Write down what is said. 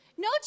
No